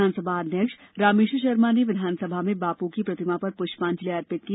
विधानसभा अध्यक्ष रामेश्वर शर्मा ने विधानसभा में बापू की प्रतिमा पर पुष्पांजलि अर्पित की